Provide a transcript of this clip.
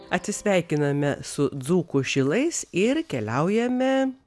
atsisveikiname su dzūkų šilais ir keliaujame